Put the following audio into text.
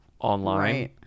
online